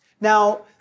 Now